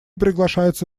приглашаются